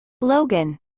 Logan